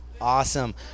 Awesome